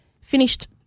finished